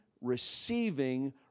receiving